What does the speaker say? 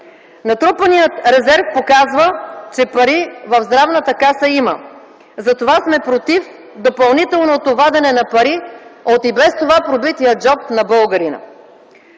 Натрупаният резерв показва, че пари в Здравната каса има, затова сме против допълнителното вадене на пари от и без това пробития джоб на българина.